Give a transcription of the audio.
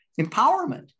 empowerment